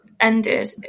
ended